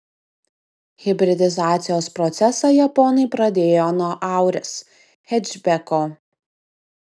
hibridizacijos procesą japonai pradėjo nuo auris hečbeko